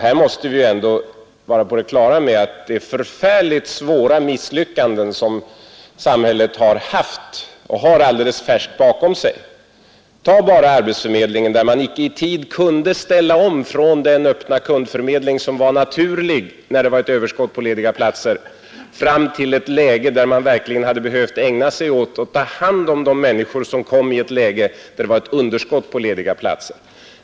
Här måste vi ändå vara på det klara med att det är förfärligt svåra misslyckanden som samhället har haft och har alldeles färska bakom sig. Ta bara arbetsförmedlingen, där man icke i tid kunde ställa om från den öppna kundförmedling, som var naturlig när det fanns ett överskott på lediga platser, till att verkligen ägna sig åt att ta hand om människor, vilket hade behövts i ett läge med underskott på lediga platser!